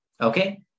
okay